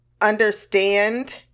understand